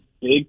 big